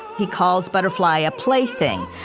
he calls butterfly a plaything.